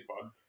fun